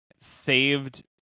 saved